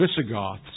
Visigoths